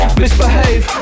misbehave